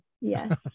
Yes